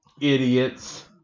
idiots